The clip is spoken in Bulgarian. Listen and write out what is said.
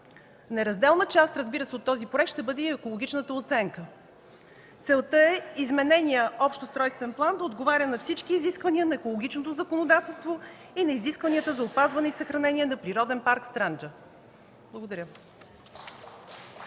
Неразделна част, разбира се, от този проект ще бъде и екологичната оценка. Целта е измененият общ устройствен план да отговаря на всички изисквания на екологичното законодателство и на изискванията за опазване и съхранение на Природен парк „Странджа”. Благодаря